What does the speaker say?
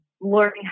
learning